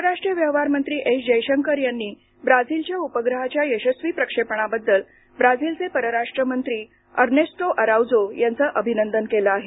परराष्ट्र व्यवहार मंत्री एस जयशंकर यांनी ब्राझीलच्या उपग्रहाच्या यशस्वी प्रक्षेपणाबद्दल ब्राझीलचे परराष्ट्र मंत्री अर्नेस्टो अराज्जो यांचं अभिनंदन केलं आहे